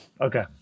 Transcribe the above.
okay